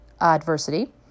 adversity